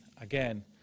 again